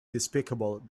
despicable